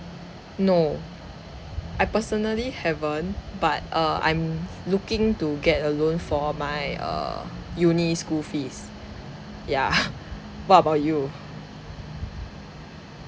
no I personally haven't but err I'm looking to get a loan for my err uni school fees yeah what about you